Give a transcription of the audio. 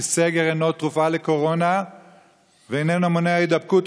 כי סגר אינו תרופה לקורונה ואינו מונע הידבקות.